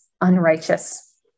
unrighteous